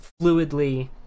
fluidly